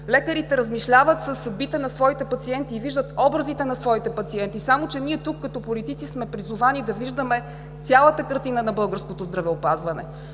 Лекарите размишляват за съдбите на своите пациенти и виждат образите на своите пациенти, само че ние тук като политици сме призовани да виждаме цялата картина на българското здравеопазване.